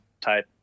type